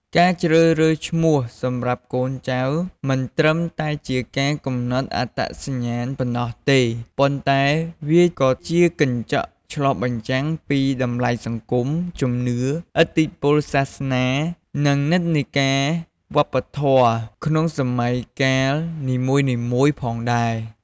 ការជ្រើសរើសឈ្មោះសម្រាប់កូនចៅ មិនត្រឹមតែជាការកំណត់អត្តសញ្ញាណប៉ុណ្ណោះទេ ប៉ុន្តែវាក៏ជាកញ្ចក់ឆ្លុះបញ្ចាំងពីតម្លៃសង្គម ជំនឿ ឥទ្ធិពលសាសនា និងនិន្នាការវប្បធម៌ក្នុងសម័យកាលនីមួយៗផងដែរ។